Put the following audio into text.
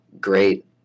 Great